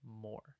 more